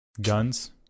Guns